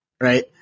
right